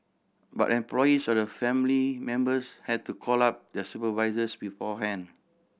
but employees or their family members had to call up their supervisors beforehand